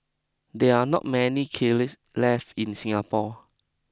there are not many kilns left in Singapore